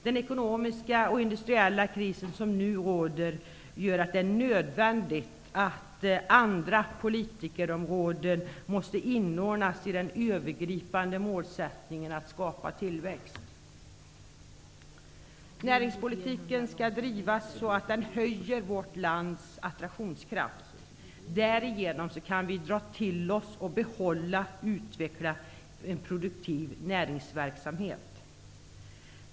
Den ekonomiska och industriella kris som nu råder gör att det är nödvändigt att även andra områden i politiken omfattas av den övergripande målsättningen att skapa tillväxt. Näringspolitiken skall drivas så att den höjer vårt lands attraktionskraft. Därigenom kan vi dra till oss, behålla och utveckla en produktiv näringsverksamhet.